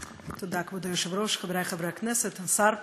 תודה, כבוד היושב-ראש, חברי חברי הכנסת, השר,